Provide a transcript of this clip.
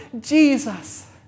Jesus